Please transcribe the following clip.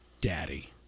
Daddy